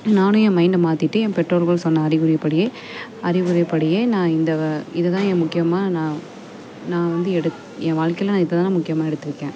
நானும் என் மைண்டை மாற்றிட்டு என் பெற்றோர்கள் சொன்ன அறிவுரைப்படியே அறிவுரைப்படியே நான் இந்த இது தான் ஏன் முக்கியமாக நான் நான் வந்து எடுத் என் வாழ்க்கையில் இப்போ தான் நான் முக்கியமாக எடுத்திருக்கேன்